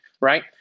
right